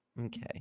Okay